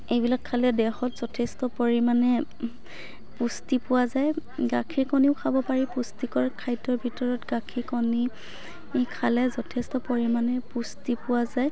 এইবিলাক খালে দেহত যথেষ্ট পৰিমাণে পুষ্টি পোৱা যায় গাখীৰ কণীও খাব পাৰি পুষ্টিকৰ খাদ্য়ৰ ভিতৰত গাখীৰ কণী খালে যথেষ্ট পৰিমাণে পুষ্টি পোৱা যায়